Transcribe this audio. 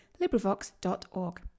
LibriVox.org